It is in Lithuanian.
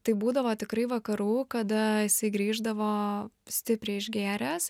tai būdavo tikrai vakarų kada jisai grįždavo stipriai išgėręs